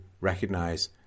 recognize